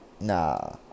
Nah